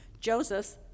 Joseph